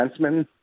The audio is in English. defenseman